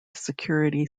security